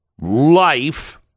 life